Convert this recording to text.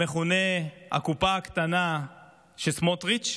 המכונה "הקופה הקטנה של סמוטריץ'",